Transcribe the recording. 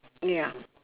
ya